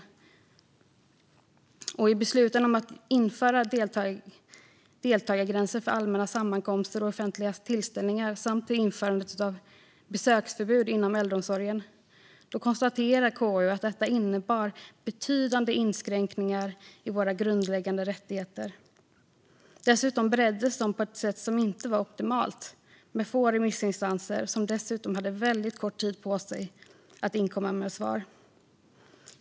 KU konstaterar att besluten om att införa deltagargränser för allmänna sammankomster och offentliga tillställningar samt införa besöksförbud inom äldreomsorgen innebar betydande inskränkningar i våra grundläggande rättigheter. Dessutom bereddes de på ett sätt som inte var optimalt, med få remissinstanser som dessutom hade väldigt kort tid på sig att inkomma med svar.